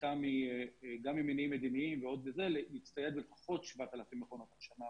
הייתה גם ממניעים מדיניים להצטייד בלפחות 7,000 מכונות הנשמה